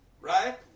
right